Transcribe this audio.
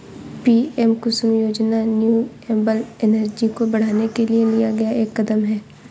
PM Kusum योजना renewable energy को बढ़ाने के लिए लिया गया एक कदम है